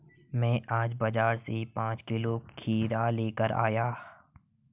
मैं आज बाजार से पांच किलो खीरा लेकर आया